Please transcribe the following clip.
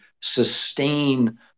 sustain